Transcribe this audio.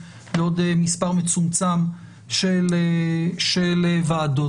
לעוד מספר מצומצם של ועדות,